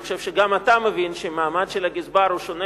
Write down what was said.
אני חושב שגם אתה מבין שהמעמד של הגזבר שונה